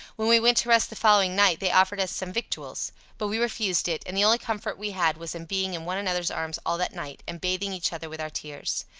when we went to rest the following night they offered us some victuals but we refused it and the only comfort we had was in being in one another's arms all that night, and bathing each other with our tears.